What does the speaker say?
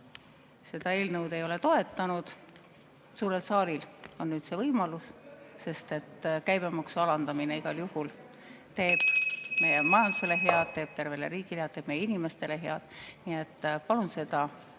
seda eelnõu ei ole toetanud. Suurel saalil on nüüd see võimalus, sest et käibemaksu alandamine igal juhul teeb meie majandusele head, teeb tervele riigile head, teeb meie inimestele head. Nii et